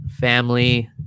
family